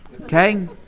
Okay